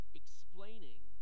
explaining